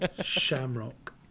Shamrock